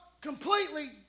completely